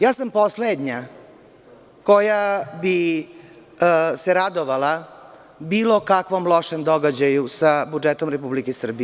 Ja sam poslednja koja bi se radovala bilo kakvom lošem događaju sa budžetom Republike Srbije.